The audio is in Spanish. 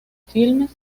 filmes